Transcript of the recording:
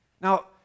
Now